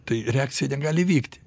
tai reakcija negali vykti